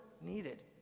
needed